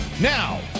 Now